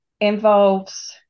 involves